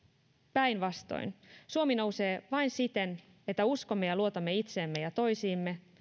päinvastoin suomi nousee vain siten että uskomme ja luotamme itseemme ja toisiimme